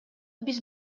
биз